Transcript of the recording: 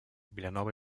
vilanova